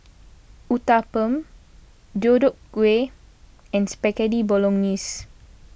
Uthapam Deodeok Gui and Spaghetti Bolognese